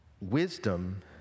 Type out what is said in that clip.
Wisdom